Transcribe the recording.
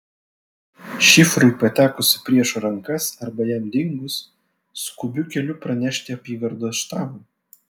šifrui patekus į priešo rankas arba jam dingus skubiu keliu pranešti apygardos štabui